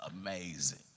amazing